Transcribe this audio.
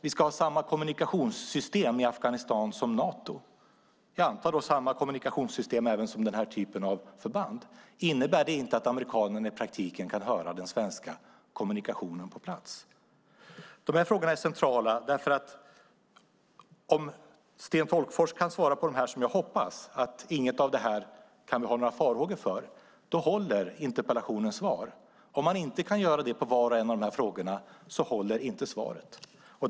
Vi ska ha samma kommunikationssystem i Afghanistan som Nato. Jag antar att det då är samma kommunikationssystem som även denna typ av förband har. Innebär det inte att amerikanerna i praktiken kan höra den svenska kommunikationen på plats? Dessa frågor är centrala, för om Sten Tolgfors kan svara som jag hoppas, nämligen att vi inte behöver ha några farhågor för något av detta, håller svaret på interpellationen. Kan han inte svara så för var och en av frågorna håller inte svaret.